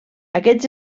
aquests